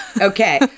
Okay